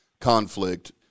conflict